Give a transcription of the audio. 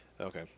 Okay